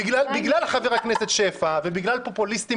בגלל חבר הכנסת שפע ובגלל פופוליסטים